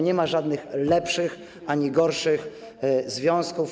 Nie ma żadnych lepszych ani gorszych związków.